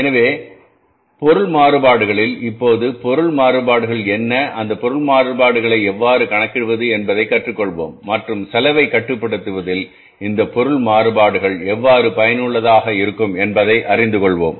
எனவே பொருள் மாறுபாடுகளில்இப்போது பொருள் மாறுபாடுகள் என்ன அந்த பொருள் மாறுபாடுகளை எவ்வாறு கணக்கிடுவது என்பதை கற்றுக்கொள்வோம் மற்றும் செலவைக் கட்டுப்படுத்துவதில் இந்த பொருள் மாறுபாடுகள் எவ்வாறு பயனுள்ளதாக இருக்கும் என்பதை அறிந்து கொள்வோம்